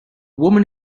woman